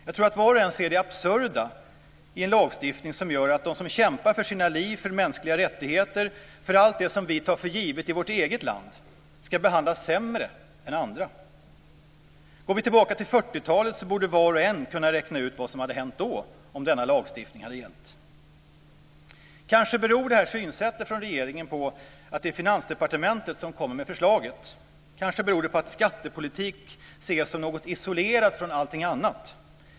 Jag tror att var och en ser det absurda i en lagstiftning som gör att de som kämpat för sina liv och mänskliga rättigheter, för allt det som vi tar för givet i vårt eget land, ska behandlas sämre än andra. Går vi tillbaka till 40-talet borde var och en kunna räkna ut vad som hade hänt då om denna lagstiftning hade gällt. Kanske beror det här synsättet från regeringen på att det är Finansdepartementet som kommer med förslaget. Kanske beror det på att skattepolitik ses som någonting isolerat från allt annat.